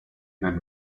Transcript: then